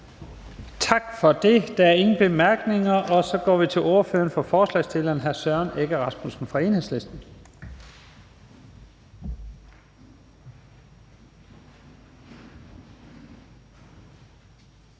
Tak for det. Der er ingen korte bemærkninger. Og så går vi til ordføreren for forslagsstillerne, hr. Søren Egge Rasmussen fra Enhedslisten.